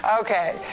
Okay